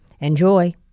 Enjoy